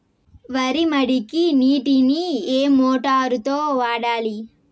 వరి మడికి నీటిని ఏ మోటారు తో వాడాలి?